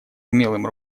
умелым